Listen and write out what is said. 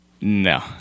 No